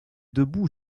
debout